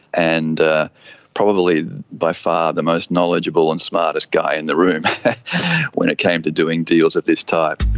and ah probably by far the most knowledgeable and smartest guy in the room when it came to doing deals of this type.